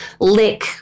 lick